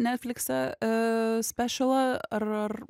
netfliksą spešalą ar ar